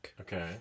okay